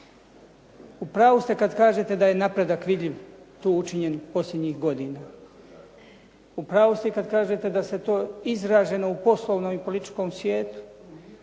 U pravu ste kad kažete da je napredak vidljiv tu učinjen posljednjih godina. U pravu ste i kad kažete da se to izraženo u poslovnom i političkom svijetu.